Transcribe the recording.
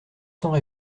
cents